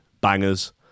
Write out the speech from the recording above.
Bangers